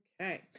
Okay